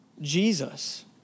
Jesus